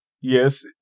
yes